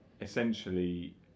essentially